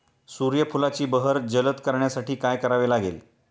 सूर्यफुलाची बहर जलद करण्यासाठी काय करावे लागेल?